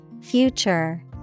Future